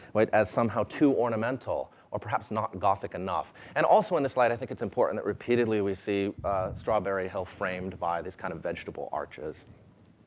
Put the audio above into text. as somehow too ornamental, or perhaps not gothic enough. and also, in this light, i think it's important that repeatedly we see strawberry hill framed by these kind of vegetable arches.